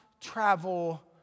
travel